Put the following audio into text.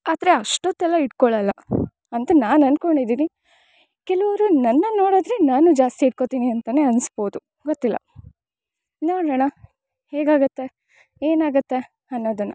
ಆದರೆ ಅಷ್ಟೊತ್ತೆಲ್ಲ ಇಟ್ಕೊಳಲ್ಲ ಅಂತ ನಾನು ಅಂದ್ಕೊಂಡಿದಿನಿ ಕೆಲವರ್ ನನ್ನ ನೊಡಿದ್ರೆ ನಾನು ಜಾಸ್ತಿ ಹಿಡ್ಕೊತಿನಿ ಅಂತಾ ಅನಿಸ್ಬೋದು ಗೊತ್ತಿಲ್ಲ ನೋಡೋಣ ಹೇಗಾಗುತ್ತೆ ಏನಾಗುತ್ತೆ ಅನ್ನೊದನ್ನ